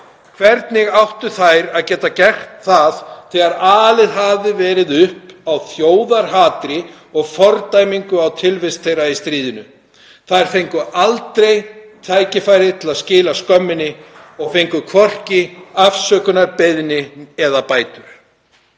Hvernig áttu þær að geta gert það þegar alið hafi verið á þjóðarhatri og fordæmingu á tilvist þeirra í stríðinu? Þær fengu aldrei tækifæri til að skila skömminni og fengu hvorki afsökunarbeiðni né bætur.